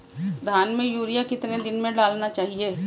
धान में यूरिया कितने दिन में डालना चाहिए?